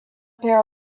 pair